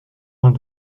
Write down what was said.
vingt